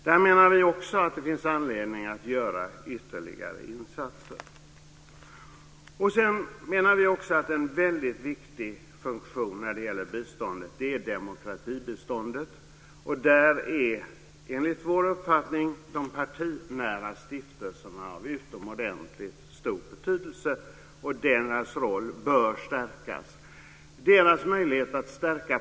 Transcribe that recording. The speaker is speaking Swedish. Vi menar att det finns anledning att göra ytterligare insatser också här. En viktig funktion när det gäller biståndet är även demokratibiståndet. Där är enligt vår uppfattning de partinära stiftelserna av utomordentligt stor betydelse, och deras roll bör stärkas.